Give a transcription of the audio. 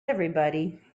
everybody